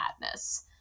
Madness